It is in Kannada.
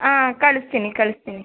ಹಾಂ ಕಳಿಸ್ತೀನಿ ಕಳಿಸ್ತೀನಿ